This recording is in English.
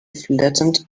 flattened